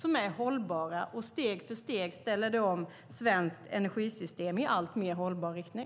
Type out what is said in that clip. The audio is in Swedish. De är hållbara, och steg för steg ställer detta om det svenska energisystemet i alltmer hållbar riktning.